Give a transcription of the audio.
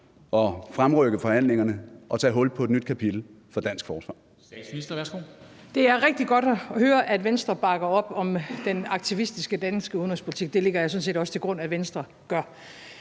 og fremrykke forhandlingerne og tage hul på et nyt kapitel for dansk forsvar?